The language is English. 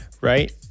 Right